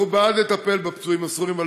אנחנו בעד לטפל בפצועים הסורים,